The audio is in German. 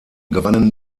gewannen